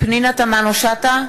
פנינה תמנו-שטה,